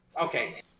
Okay